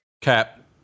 Cap